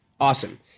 Awesome